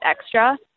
extra